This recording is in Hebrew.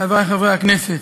חברי חברי הכנסת,